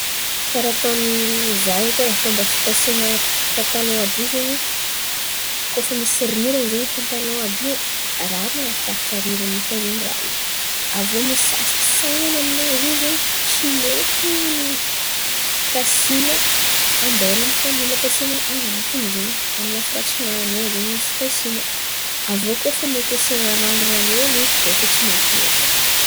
Karà ataon̈y ho zah edy ai, fômba fipasina pantalan àby io zen̈y koa fa misy riran̈y zen̈y pantalan àby io arahan̈a arakaraka riran̈y koa zen̈y raha io. Avô misy san̈any aminazy io zen̈y tsy mety pasina ambelan̈y fa mila pasina an̈atin̈y zen̈y, amy ny lafy ratsin̈any ao zen̈y izy pasiana. Avô koa fa mety asiana ranoran̈o ely izy beka tsy maiky loatra.